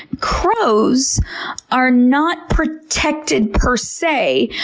crows are not protected per se,